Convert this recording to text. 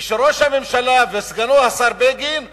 כשראש הממשלה וסגנו השר בגין אומרים: